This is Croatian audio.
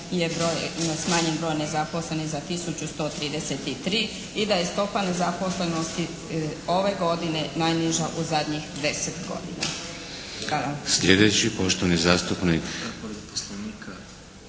smanjen broj nezaposlenih za tisuću 133 i da je stopa nezaposlenosti ove godine najniža u zadnjih 10 godina.